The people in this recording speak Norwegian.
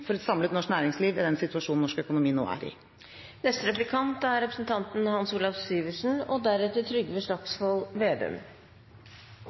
for et samlet norsk næringsliv i den situasjonen norsk økonomi nå er i.